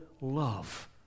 love